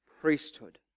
priesthood